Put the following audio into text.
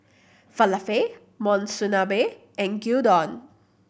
Falafel Monsunabe and Gyudon